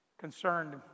Concerned